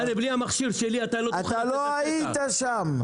הרי בלי המכשיר שלי לא תוכל --- אתה לא היית שם.